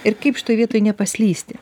ir kaip šitoj vietoj nepaslysti